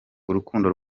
urukundo